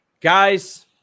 Guys